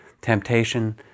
temptation